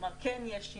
כלומר יש שינוי.